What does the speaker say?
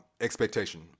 expectation